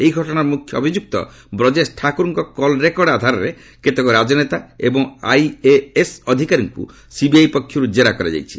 ଏହି ଘଟଣାର ମୁଖ୍ୟ ଅଭିଯୁକ୍ତ ବ୍ରଜେଶ୍ ଠାକୁରଙ୍କ କଲ୍ ରେକର୍ଡ଼ ଆଧାରରେ କେତେକ ରାଜନେତା ଏବଂ ଆଇଏଏସ୍ ଅଧିକାରୀଙ୍କୁ ସିବିଆଇ ପକ୍ଷରୁ ଜେରା କରାଯାଉଛି